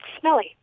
smelly